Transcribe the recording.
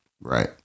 right